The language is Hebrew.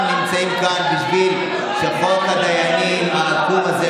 נמצאים כאן בשביל שחוק הדיינים העקום הזה,